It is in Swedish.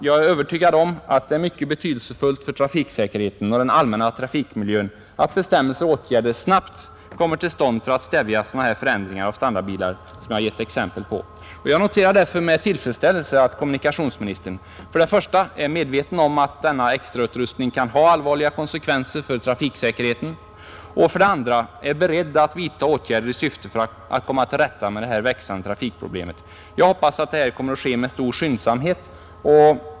Jag är övertygad om att det är mycket betydelsefullt för trafiksäkerheten och den allmänna trafikmiljön att bestämmelser och åtgärder snabbt kommer till stånd för att stävja sådana förändringar av standardbilar som jag gett exempel på. Jag noterar därför med tillfredsställelse att kommunikationsministern för det första är medveten om att denna extrautrustning kan ha allvarliga konsekvenser för trafiksäkerheten och för det andra är beredd att vidta åtgärder i syfte att komma till rätta med det här växande trafikproblemet. Jag hoppas att detta kommer att ske med stor skyndsamhet.